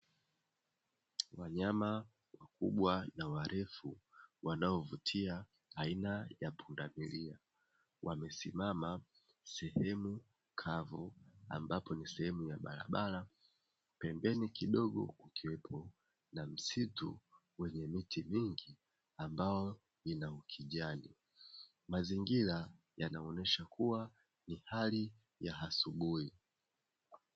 Wanyama wakubwa na warefu wanaovutia aina ya pundamilia, wamesimama sehemu kavu ambapo ni sehemu ya barabara, pembeni kidogo kukiwepo msitu wenye miti mingi ambao inaukijani. Mazingira yanaonesha kuwa ni hali ya asubuhi.